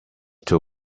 too